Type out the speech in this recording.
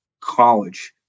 college